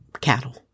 cattle